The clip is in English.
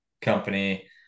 company